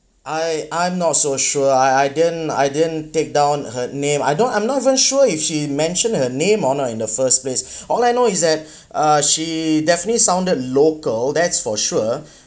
I I'm not so sure I I didn't I didn't take down her name I don't I'm not even sure if she mentioned her name on uh in the first place all I know is that uh she definitely sounded local that's for sure